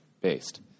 based